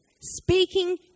Speaking